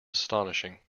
astonishing